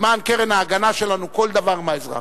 ההגנה שלנו כל דבר מהאזרח.